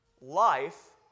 life